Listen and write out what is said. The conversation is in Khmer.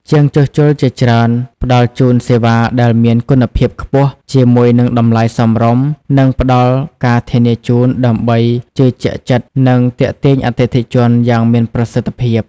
ជាងជួសជុលជាច្រើនផ្ដល់ជូនសេវាដែលមានគុណភាពខ្ពស់ ជាមួយនឹងតម្លៃសមរម្យ និងផ្តល់ការធានាជូន ដើម្បីជឿជាក់ចិត្ត និងទាក់ទាញអតិថិជនយ៉ាងមានប្រសិទ្ធិភាព។